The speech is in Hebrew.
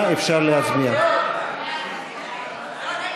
בסדר גמור.